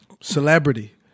Celebrity